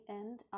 end